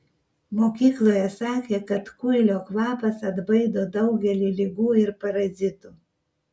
mokykloje sakė kad kuilio kvapas atbaido daugelį ligų ir parazitų